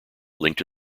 linked